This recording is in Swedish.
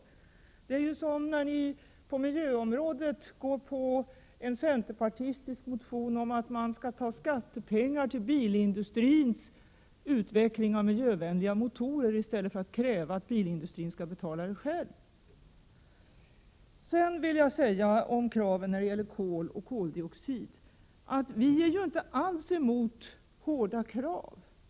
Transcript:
Det utskottet föreslår är ju som när ni på miljöområdet biträder en centerpartimotion om att ge skattepengar till bilindustrins utveckling av miljövänliga motorer i stället för att kräva att bilindustrin skall betala det själv. Sedan vill jag säga några ord om kraven när det gäller kol och koldioxid. Vi är inte alls emot hårda krav.